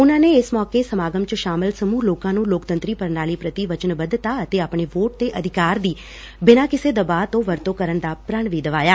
ਉਨਾਂ ਨੇ ਇਸ ਮੌਕੇ ਸਮਾਗਮ ਚ ਸ਼ਾਮਿਲ ਸਮੁਹ ਲੋਕਾਂ ਨੁੰ ਲੋਕਤੰਤਰੀ ਪ੍ਰਣਾਲੀ ਪ੍ਰਤੀ ਵਚਨਬੱਧਤਾ ਅਤੇ ਆਪਣੇ ਵੋਟ ਦੇ ਅਧਿਕਾਰ ਦੇ ਬਿਨਾਂ ਕਿਸੇ ਦਬਾਅ ਤੋਂ ਵਰਤੋਂ ਕਰਨ ਦਾ ਪ੍ਰਣ ਵੀ ਦਿਵਾਇਆ